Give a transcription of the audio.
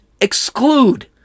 exclude